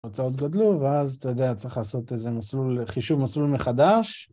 ‫ההוצאות גדלו, ואז אתה יודע, ‫צריך לעשות איזה חישוב מסלול מחדש.